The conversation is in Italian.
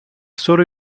solo